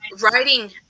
writing